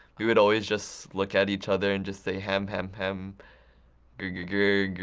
we would always just look at each other and just say, hamhamham gergergergergerger.